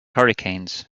hurricanes